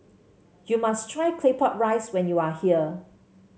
you must try Claypot Rice when you are here